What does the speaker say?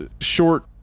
short